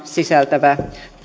sisältävä